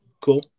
Cool